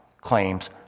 claims